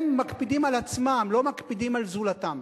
הם מקפידים על עצמם, לא מקפידים על זולתם.